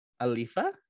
Alifa